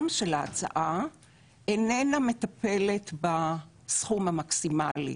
של ההצעה איננה מטפלת בסכום המקסימלי.